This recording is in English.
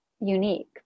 Unique